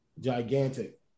gigantic